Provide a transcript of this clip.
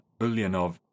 Ulyanov